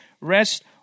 rest